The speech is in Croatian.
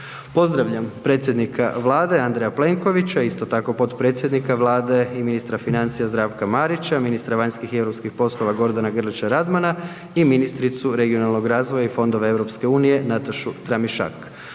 Pozdravljam predsjednika Vlade Andreja Plenkovića, isto tako potpredsjednika Vlade i ministra financija Zdravka Marića, ministra vanjskih i europskih poslova Gordana Grlića Radmana i ministricu regionalnog razvoja i fondova EU Natašu Tramišak.